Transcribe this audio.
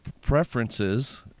preferences